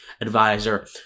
Advisor